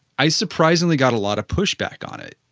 i surprisingly got a lot of pushback on it,